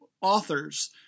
authors